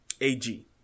Ag